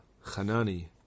Hanani